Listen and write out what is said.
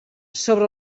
sobre